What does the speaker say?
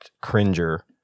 Cringer